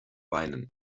beinen